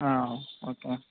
okay